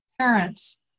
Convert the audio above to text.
parents